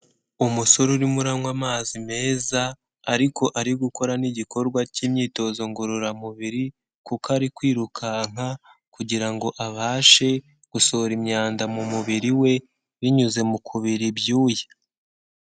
Umusore urimo uranywa amazi meza ariko ari gukora n'igikorwa cy'imyitozo ngororamubiri kuko ari kwirukanka kugira ngo abashe gusohora imyanda mu mubiri we binyuze mu kubira ibyuya.